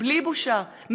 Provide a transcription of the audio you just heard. בלי בושה.